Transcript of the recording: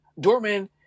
Dortmund